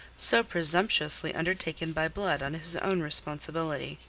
so presumptuously undertaken by blood on his own responsibility.